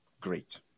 Great